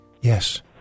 Yes